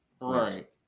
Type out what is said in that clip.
Right